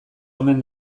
omen